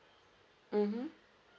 mmhmm